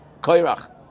Koirach